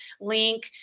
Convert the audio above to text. link